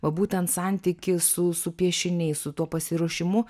o būtent santykį su su piešiniais su tuo pasiruošimu